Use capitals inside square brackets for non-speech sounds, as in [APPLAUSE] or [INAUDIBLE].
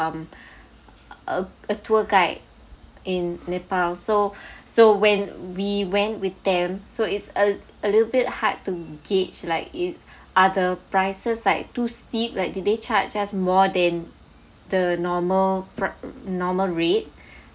um a tour guide in nepal so [BREATH] so when we went with them so it's a a little bit hard to gauge like is are the prices like too steep like did they charge us more than the normal pr~ normal rate